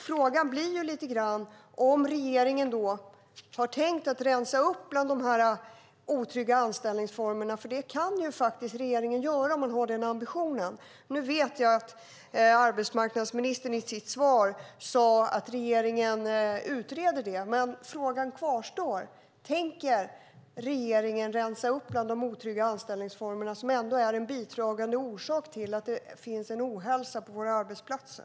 Frågan blir lite grann om regeringen har tänkt rensa upp bland de otrygga anställningsformerna. Det kan regeringen göra om man har den ambitionen. Nu vet jag att arbetsmarknadsministern i sitt svar sade att regeringen utreder det, men frågan kvarstår: Tänker regeringen rensa upp bland de otrygga anställningsformer som är en bidragande orsak till att det finns en ohälsa på våra arbetsplatser?